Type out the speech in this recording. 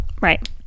right